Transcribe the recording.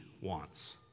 wants